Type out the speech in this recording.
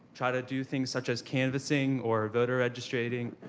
try to do things such as canvassing, or voter-registration,